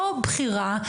לא בחירה,